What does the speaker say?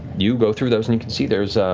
you go through those and you can see there's